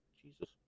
Jesus